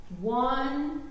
one